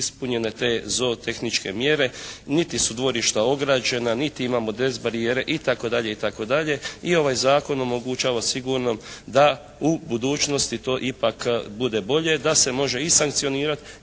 ispunjene te zootehničke mjere. Niti su dvorišta ograđena. Niti imamo … /Govornik se ne razumije./ … barijere i tako dalje i tako dalje. I ovaj zakon omogućava sigurno da u budućnosti to ipak bude bolje. Da se može i sankcionirati.